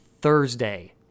Thursday